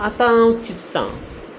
आतां हांव चिंतता